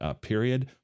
period